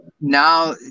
Now